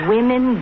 Women